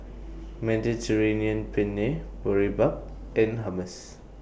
Mediterranean Penne Boribap and Hummus